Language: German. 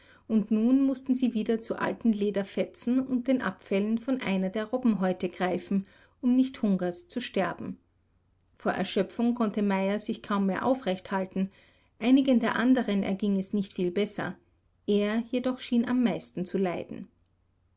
und nun mußten sie wieder zu alten lederfetzen und den abfällen von einer der robbenhäute greifen um nicht hungers zu sterben vor erschöpfung konnte meyer sich kaum mehr aufrecht halten einigen der anderen erging es nicht viel besser er jedoch schien am meisten zu leiden